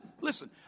listen